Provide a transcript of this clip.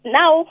now